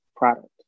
product